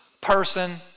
person